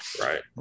right